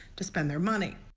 to spend their money.